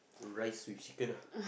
rice with chicken ah